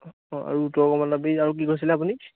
অঁ অঁ আৰু উত্তৰ কমলাবাৰী আৰু কি কৈছিলে আপুনি